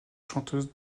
chanteuse